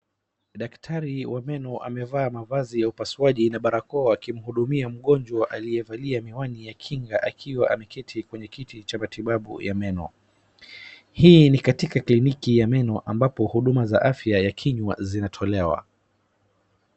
Daktari wa meno amevaa mavazi ya upasuaji na barakoa akimhudumia mgonjwa aliyevalia miwani ya kinga akiwa ameketi kwenye kiti cha matibabu ya meno. Hii ni katika kliniki ya meno ambapo huduma za afya ya kinywa zinatolewa.